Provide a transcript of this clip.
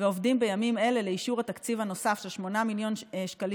ועובדים בימים אלה לאישור התקציב הנוסף של 8 מיליון שקלים